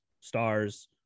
Stars